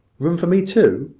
room for me too?